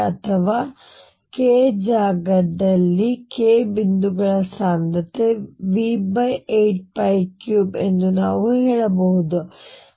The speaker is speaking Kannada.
ಅಥವಾ k ಜಾಗದಲ್ಲಿ k ಬಿಂದುಗಳ ಸಾಂದ್ರತೆ V83 ಎಂದು ನಾವು ಹೇಳಬಹುದು